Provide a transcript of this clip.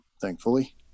thankfully